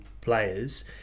players